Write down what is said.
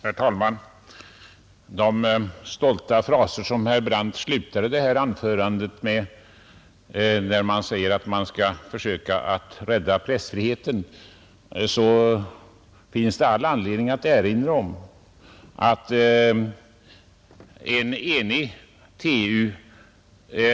Herr talman! Med anledning av de stolta fraser som herr Brandt slutade sitt anförande med, när han sade att man skall försöka rädda pressfriheten, finns det skäl att erinra om vad Tidningsutgivareföreningen har sagt.